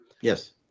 Yes